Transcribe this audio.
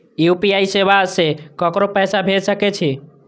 UPI सेवा से ककरो पैसा भेज सके छी?